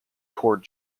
chord